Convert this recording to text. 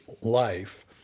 life